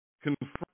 Confront